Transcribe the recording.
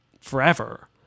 forever